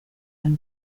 than